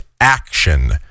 action